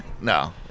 No